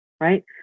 right